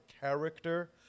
character